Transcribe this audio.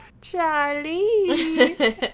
Charlie